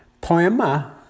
Poema